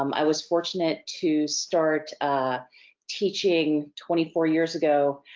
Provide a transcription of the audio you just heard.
um i was fortunate to start teaching twenty four years ago,